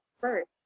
first